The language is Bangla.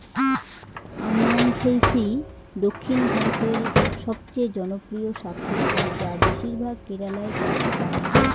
আমরান্থেইসি দক্ষিণ ভারতের সবচেয়ে জনপ্রিয় শাকসবজি যা বেশিরভাগ কেরালায় চাষ করা হয়